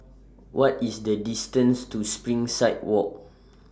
What IS The distance to Springside Walk